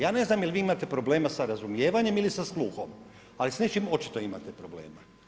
Ja ne znam jel vi imate problem sa razumijevanjem ili sa sluhom, ali s nečim očito imate problema.